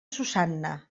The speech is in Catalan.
susanna